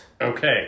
Okay